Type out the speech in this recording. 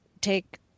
take